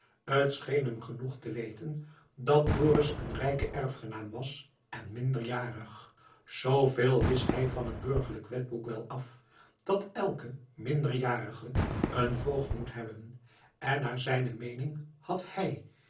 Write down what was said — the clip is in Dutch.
scheen hem genoeg te weten dat dorus een rijke erfgenaam was en minderjarig zooveel wist hij van het burgerlijk wetboek wel af dat elke minderjarige een voogd moet hebben en naar zijne meening had hij